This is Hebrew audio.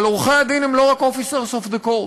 אבל עורכי-הדין הם לא רק officers of the court,